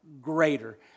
greater